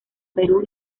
perú